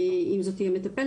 אם זו בכלל תהיה מטפלת.